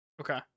okay